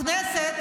אתה רוצה, הכנסת,